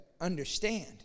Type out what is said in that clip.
understand